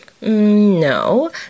No